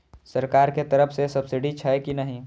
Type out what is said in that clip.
सरकार के तरफ से सब्सीडी छै कि नहिं?